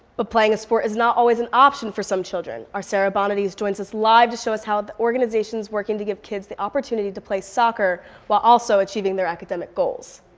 but playing a sport is not always an option for some children. our sara bonadies joins us live to show us how one organization is working to give kids the opportunity to play soccer while also achieving their academic goals.